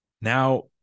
now